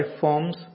forms